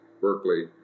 Berkeley